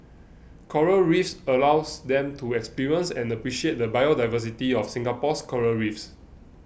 coral Reefs allows them to experience and appreciate the biodiversity of Singapore's Coral Reefs